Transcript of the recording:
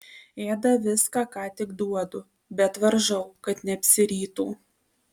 ėda viską ką tik duodu bet varžau kad neapsirytų